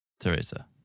Teresa